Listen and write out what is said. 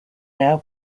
now